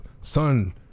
son